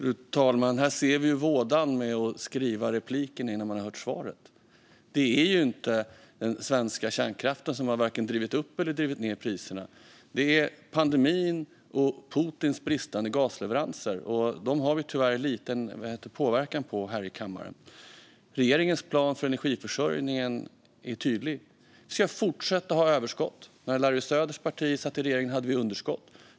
Fru talman! Här ser vi vådan av att skriva sin följdfråga innan man har hört svaret. Den svenska kärnkraften har varken drivit upp eller ned priserna, utan det är pandemin och Putins bristande gasleveranser. Tyvärr har kammaren liten påverkan på detta. Regeringens plan för energiförsörjningen är tydlig. Vi ska fortsätta att ha överskott - när Larry Söders parti satt i regering hade vi underskott.